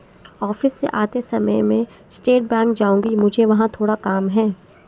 office से आते समय मैं स्टेट बैंक जाऊँगी, मुझे वहाँ थोड़ा काम है